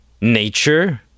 nature